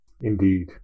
Indeed